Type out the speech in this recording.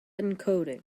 encoding